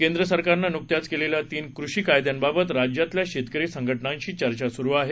केंद्र सरकारनं नुकत्याच केलेल्या तीन कृषी कायद्यांबाबत राज्यातल्या शेतकरी संघटनांशी चर्चा सुरू आहे